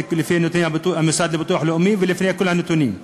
זה לפי נתוני המוסד לביטוח לאומי ולפי כל הנתונים,